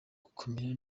gukomera